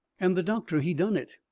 and the doctor, he done it.